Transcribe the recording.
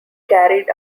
carried